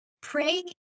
pray